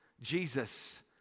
Jesus